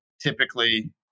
typically